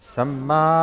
Sama